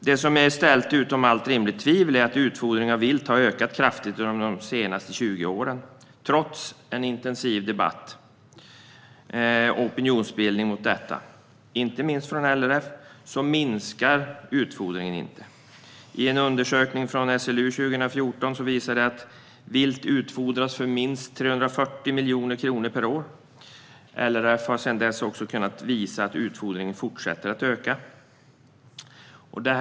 Det är ställt utom allt rimligt tvivel att utfodring av vilt har ökat kraftigt under de senaste 20 åren. Trots intensiv debatt och opinionsbildning mot detta, inte minst från LRF, minskar inte utfodringen av vilt. En undersökning från SLU, gjord 2014, visar att vilt utfodras för minst 340 miljoner kronor per år. LRF har också kunnat visa att utfodringen har fortsatt att öka sedan dess.